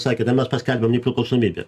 sakėte mes paskelbėm nepriklausomybę